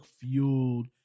fueled